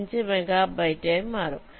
5 മെഗാബൈറ്റായി മാറും